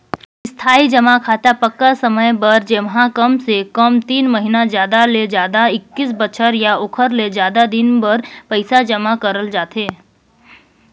इस्थाई जमा खाता पक्का समय बर जेम्हा कमसे कम तीन महिना जादा ले जादा एक्कीस बछर या ओखर ले जादा दिन बर पइसा जमा करल जाथे